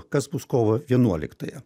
kas bus kovo vienuoliktąją